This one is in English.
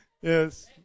Yes